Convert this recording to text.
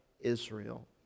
Israel